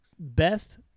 Best